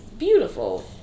Beautiful